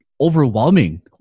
overwhelming